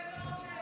הרבה מאוד,